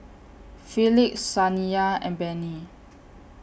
Felix Saniya and Benny